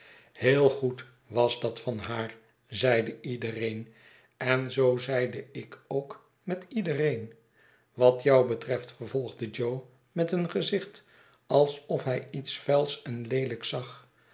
heel goed was dat van haar zeide iedereen en zoo zeide ik ook met iedereen wat jou betreft vervolgde jo met een gezicht alsof hij iets vuils en leelijks zag